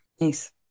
Nice